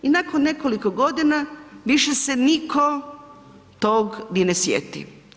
I nakon nekoliko godina, više se nitko tog ni ne sjeti.